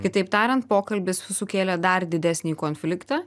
kitaip tariant pokalbis sukėlė dar didesnį konfliktą